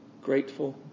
grateful